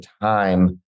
time